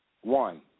one